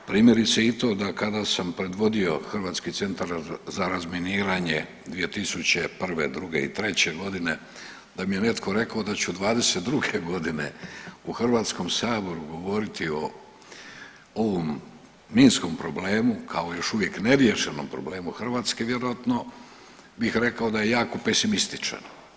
Primjerice i to da kada sam predvodio Hrvatski centra za razminiranje 2001., '02. i '03. godine da mi je netko rekao da ću '22. godine u Hrvatskom saboru govoriti o ovom minskom problemu kao još uvijek neriješenom problemu Hrvatske vjerojatno bih rekao da je jako pesimističan.